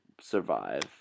survive